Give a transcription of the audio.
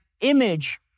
image